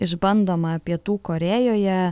išbandoma pietų korėjoje